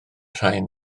rhain